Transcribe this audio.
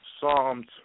Psalms